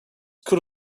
coat